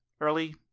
early